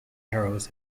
arrows